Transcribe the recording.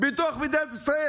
ובתוך מדינת ישראל,